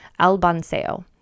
albanseo